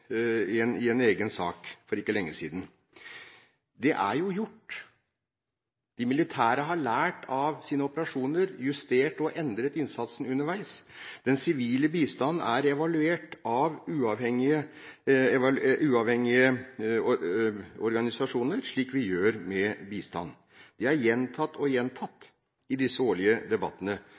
ganger, senest i en egen sak for ikke lenge siden. Det er jo blitt gjort. De militære har lært av sine operasjoner, justert og endret innsatsen underveis. Den sivile bistanden er evaluert av uavhengige organisasjoner, slik vi gjør med bistand. Det er gjentatt og gjentatt i disse årlige debattene,